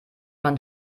man